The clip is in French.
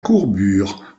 courbure